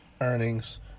earnings